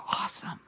awesome